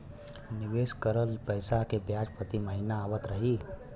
निवेश करल पैसा के ब्याज प्रति महीना आवत रही?